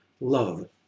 love